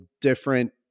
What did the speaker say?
different